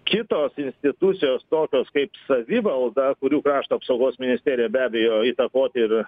kitos institucijos tokios kaip savivalda kurių krašto apsaugos ministerija be abejo įtakot ir